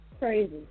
crazy